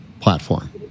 platform